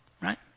right